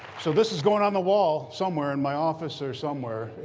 so this is going on the wall somewhere in my office or somewhere.